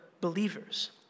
believers